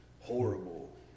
horrible